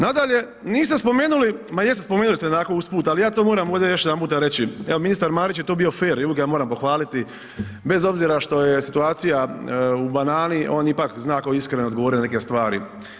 Nadalje, niste spomenuli, ma jeste spomenuli ste onako usput, ali ja to moram ovdje još jedanputa reći, evo ministar Marić je tu bio fer i uvijek ga ja moram pohvaliti bez obzira što je situacija u banani on ipak zna onako iskreno odgovoriti na neke stvari.